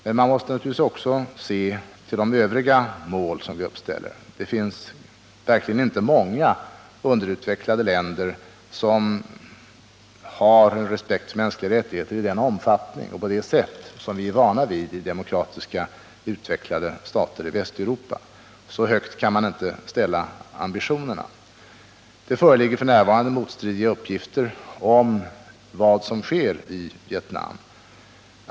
Men man måste naturligtvis också se till de övriga mål vi uppställer. Det finns verkligen inte många underutvecklade länder som har en respekt för mänskliga rättigheter i den omfattning och på det sätt som vi är vana vid i utvecklade demokratiska stater i Västeuropa. Så höga ambitioner kan man inte ha. Det föreligger f. n. motstridiga uppgifter om vad som sker i Vietnam.